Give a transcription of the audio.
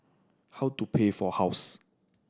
how to pay for house